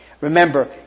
Remember